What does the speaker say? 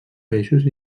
peixos